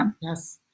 Yes